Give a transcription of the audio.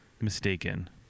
Mistaken